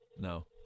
No